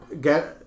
get